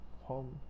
home